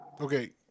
Okay